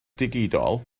digidol